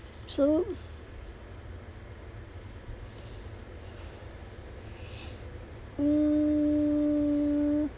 so mm